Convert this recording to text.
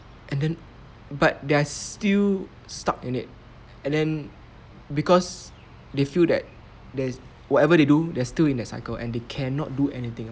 and then but they're still stuck in it and then because they feel that there's whatever they do they're still in a cycle and they cannot do anything